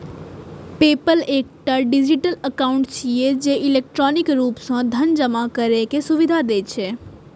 PayPal एकटा digital account छियै, जे इलेक्ट्रॉनिक रूप सं धन जमा करै के सुविधा दै छै